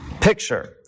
picture